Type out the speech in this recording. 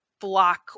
block